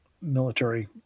military